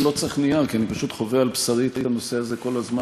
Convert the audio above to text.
אני לא צריך נייר כי אני פשוט חווה על בשרי את הנושא הזה כל הזמן,